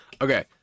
Okay